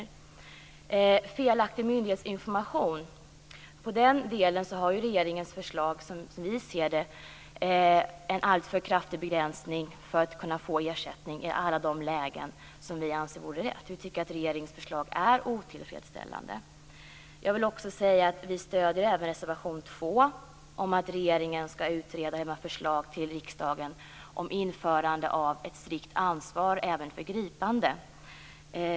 I fråga om felaktig myndighetsinformation har regeringens förslag som vi ser det en alltför kraftig begränsning när det gäller att kunna få ersättning i alla de lägen där vi anser att det vore rätt. Vi tycker att regeringens förslag är otillfredsställande. Jag vill också säga att vi även stöder reservation 2 om att regeringen skall utreda och lämna förslag till riksdagen om införande av ett strikt ansvar även för gripande.